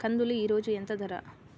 కందులు ఈరోజు ఎంత ధర?